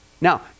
now